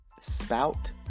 spout